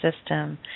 system